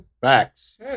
Facts